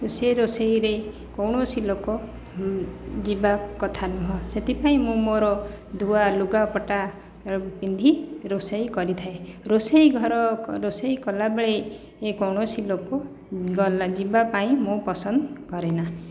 ସେ ରୋଷେଇରେ କୌଣସି ଲୋକ ଯିବା କଥା ନୁହେଁ ସେଥିପାଇଁ ମୁଁ ମୋର ଧୁଆ ଲୁଗାପଟା ପିନ୍ଧି ରୋଷେଇ କରିଥାଏ ରୋଷେଇ ଘର ରୋଷେଇ କଲାବେଳେ କୌଣସି ଲୋକ ଗଲା ଯିବାପାଇଁ ମୁଁ ପସନ୍ଦ କରେନା